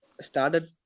started